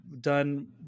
done